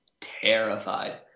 terrified